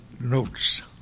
notes